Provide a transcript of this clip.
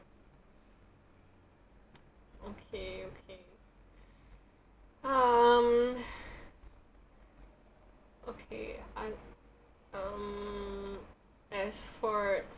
um okay I um as for